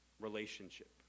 relationship